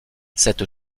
cette